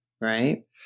right